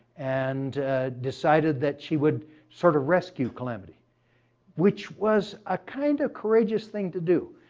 and decided that she would sort of rescue calamity which was a kind of courageous thing to do.